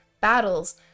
battles